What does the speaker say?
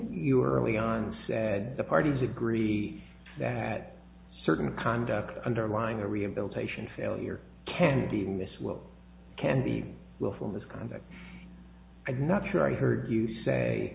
are early on said the parties agree that certain conduct underlying a rehabilitation failure can be mis what can be willful misconduct i've not sure i heard you say